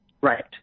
Right